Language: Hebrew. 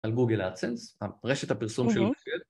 על גוגל אדסנס, הרשת הפרסום שלו.